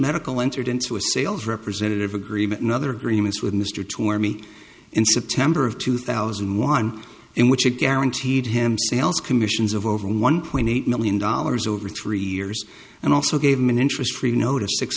medical entered into a sales representative agreement and other agreements with mr tour me in september of two thousand and one in which it guaranteed him sales commissions of over one point eight million dollars over three years and also gave him an interest free notice six